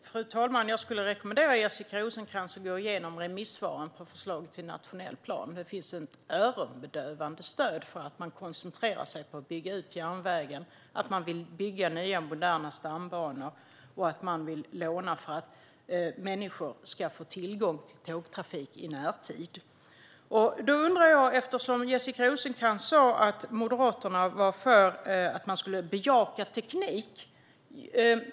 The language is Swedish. Fru talman! Jag skulle rekommendera Jessica Rosencrantz att gå igenom remissvaren på förslaget till nationell plan. Där finns ett överväldigande stöd för att koncentrera sig på att bygga ut järnvägen, bygga nya moderna stambanor och låna för att människor ska få tillgång till tågtrafik i närtid. Jessica Rosencrantz sa att Moderaterna är för att bejaka teknik.